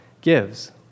gives